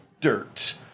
dirt